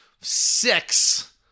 six